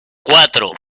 cuatro